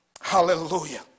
Hallelujah